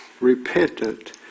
repentant